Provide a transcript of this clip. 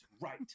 Right